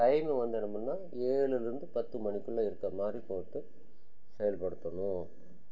timing வந்து என்ன பண்ணுன்னா ஏழுல இருந்து பத்து மணிக்குள்ள இருக்கற மாதிரி போட்டு செயல்படுத்தணும்